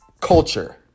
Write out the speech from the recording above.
culture